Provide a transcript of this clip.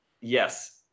yes